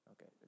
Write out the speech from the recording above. Okay